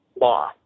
law